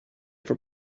for